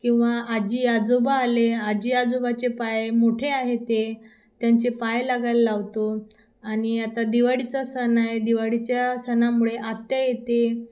किंवा आजी आजोबा आले आजी आजोबाचे पाय मोठे आहे ते त्यांचे पाय लागायला लावतो आणि आता दिवाळीचा सण आहे दिवाळीच्या सणामुळे आत्या येते